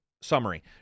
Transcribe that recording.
summary